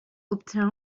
obtient